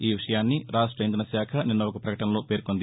ఈవిషయాన్ని రాష్ట ఇంధన శాఖ నిన్న ఒక ప్రకటనలో పేర్కొంది